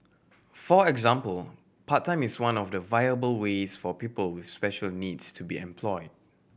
for example part time is one of the viable ways for people with special needs to be employed